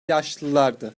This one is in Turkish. yaşlılardı